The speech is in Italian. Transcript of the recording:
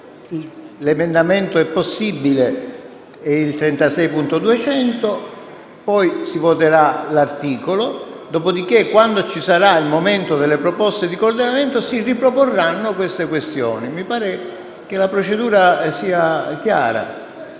L'emendamento 36.200 può essere votato, poi si voterà l'articolo; dopodiché, al momento delle proposte di coordinamento, si riproporranno queste questioni. Mi pare che la procedura sia chiara.